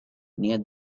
near